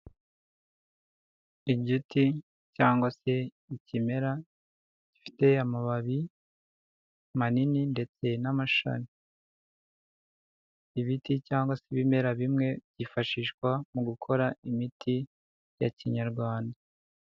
Igiti cyangwa se ikimera gifite amababi manini ndetse n'ashami ibiti cyangwa se ibimera bimwe byifashishwa mu gukora imiti ya Kinyarwanda.